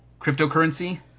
cryptocurrency